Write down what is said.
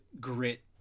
grit